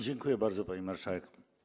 Dziękuję bardzo, pani marszałek.